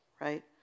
right